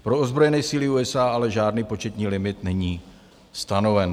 Pro ozbrojené síly USA ale žádný početní limit není stanoven.